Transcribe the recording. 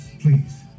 Please